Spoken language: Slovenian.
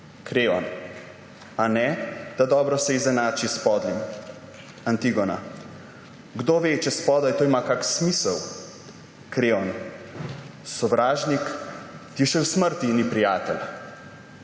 Kreon: A ne, da dobri se izenači s podlim. Antigona: Kdo ve, če spodaj to ima kak smisel? Kreon: Sovražnik ti še v smrti ni prijatelj.